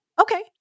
Okay